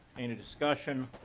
and discussion?